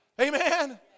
Amen